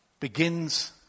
begins